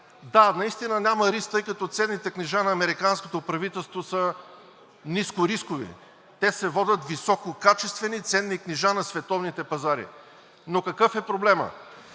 Да, наистина няма риск, тъй като ценните книжа на американското правителство са нискорискови – те се водят висококачествени ценни книжа на световните пазари. Но какъв е проблемът?